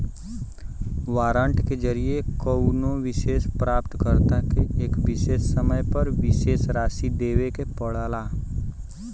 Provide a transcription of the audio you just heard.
warrant के जरिये कउनो विशेष प्राप्तकर्ता के एक विशेष समय पर विशेष राशि देवे के पड़ला